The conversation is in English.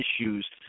issues